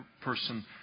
person